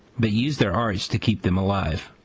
but use their arts to keep them alive.